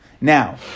now